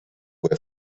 were